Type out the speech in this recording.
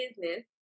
business